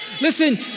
Listen